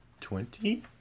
twenty